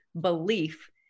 belief